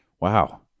Wow